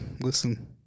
listen